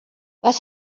was